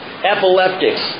Epileptics